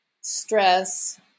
stress